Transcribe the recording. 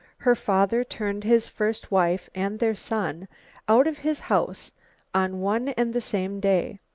her father turned his first wife and their son out of his house on one and the same day.